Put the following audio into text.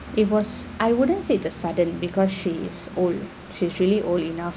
it was I wouldn't say the sudden because she is old she's really old enough